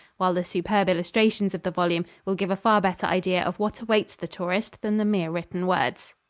while the superb illustrations of the volume will give a far better idea of what awaits the tourist than the mere written words.